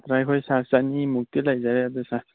ꯑꯗ ꯑꯩꯈꯣꯏ ꯁꯥꯔ ꯆꯅꯤꯃꯨꯛꯇꯤ ꯂꯩꯖꯔꯦ ꯑꯗꯨ ꯁꯥꯔ